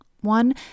one